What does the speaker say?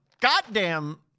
Goddamn